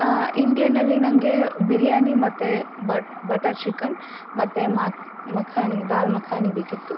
ಹಾಂ ಇಂಡಿಯನ್ನಲ್ಲಿ ನನಗೆ ಬಿರಿಯಾನಿ ಮತ್ತು ಬಟರ್ ಚಿಕನ್ ಮತ್ತೆ ಮಖಾನಿ ದಾಲ್ ಮಖಾನಿ ಬೇಕಿತ್ತು